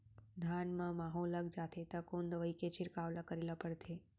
धान म माहो लग जाथे त कोन दवई के छिड़काव ल करे ल पड़थे?